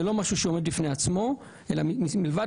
זה לא משהו שעומד בפני עצמו אלא מלבד